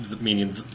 meaning